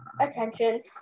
attention